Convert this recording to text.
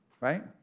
right